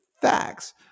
facts